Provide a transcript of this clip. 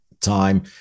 time